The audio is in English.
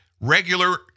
regular